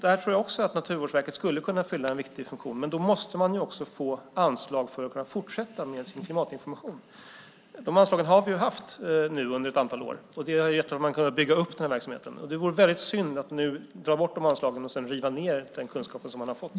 Där tror jag att Naturvårdsverket skulle kunna fylla en viktig funktion, men då måste man få anslag för att kunna fortsätta med sin klimatinformation. Vi har ju haft de anslagen under ett antal år. Det har gjort att man har kunnat bygga upp den här verksamheten. Det vore synd att nu dra bort anslagen och riva ned den kunskap man har fått.